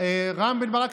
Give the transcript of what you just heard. רם בן ברק,